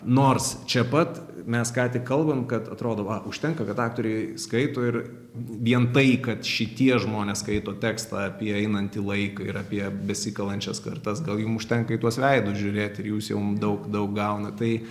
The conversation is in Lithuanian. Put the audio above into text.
nors čia pat mes ką tik kalbam kad atrodo užtenka kad aktoriai skaito ir vien tai kad šitie žmonės skaito tekstą apie einantį laiką ir apie besikalančius kartas gal jum užtenka į tuos veidus žiūrėti ir jūs jau daug daug gaunat tai